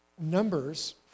Numbers